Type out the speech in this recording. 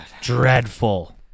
dreadful